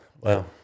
Wow